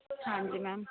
ਹਾਂਜੀ ਮੈਮ